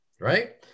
right